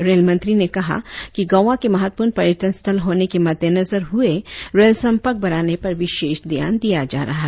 rail मंत्री ने कहा कि गोआ के महत्वपूर्ण पर्यटन स्थल होने के मद्देनजर हुए रेल संपर्क बढ़ाने पर विशेष ध्यान दिया जा रहा है